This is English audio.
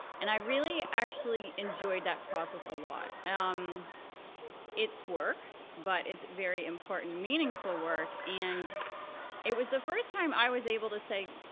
and i really actually enjoyed that process a lot. um its work. but it's very important, meaningful work. and it was the first time i was able to say,